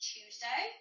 Tuesday